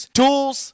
tools